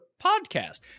podcast